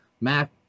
Mac